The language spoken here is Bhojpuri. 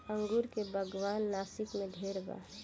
अंगूर के बागान नासिक में ढेरे बा